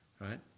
right